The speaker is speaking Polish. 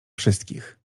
wszystkich